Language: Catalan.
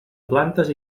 plantes